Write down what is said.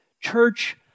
church